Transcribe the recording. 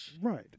right